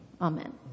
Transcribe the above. amen